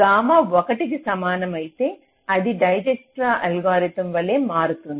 gamma 1 కి సమానం అయితే అది డైజ్క్స్ట్రా అల్గోరిథంల వలె మారుతుంది